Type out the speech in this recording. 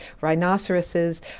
rhinoceroses